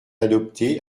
adopté